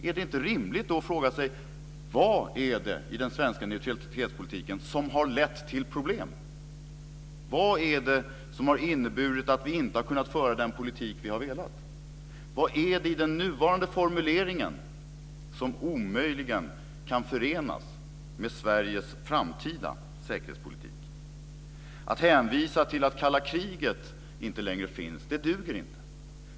Är det inte rimligt att fråga sig. Vad är det i den svenska neutralitetspolitiken som har lett till problem? Vad är det som har inneburit att vi inte kunnat föra den politik som vi har velat? Vad är det i den nuvarande formuleringen som omöjligen kan förenas med Sveriges framtida säkerhetspolitik? Att hänvisa till att det kalla kriget inte längre finns duger inte.